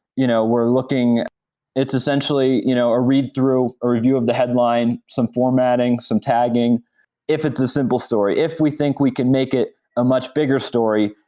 you know we're looking it's essentially you know a read through, a review of the headline, some formatting, some tagging if it's a simple story. if we think we can make it a much bigger story,